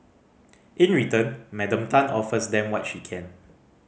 in return Madam Tan offers them what she can